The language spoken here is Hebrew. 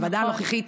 הוועדה הנוכחית